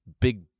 big